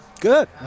Good